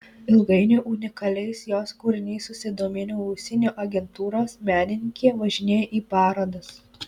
ilgainiui unikaliais jos kūriniais susidomėjo užsienio agentūros menininkė važinėja į parodas